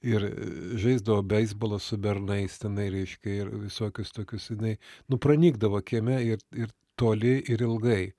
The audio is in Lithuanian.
ir žaisdavo beisbolą su bernais tenai reiškia ir visokius tokius jinai nu pranykdavo kieme ir ir toli ir ilgai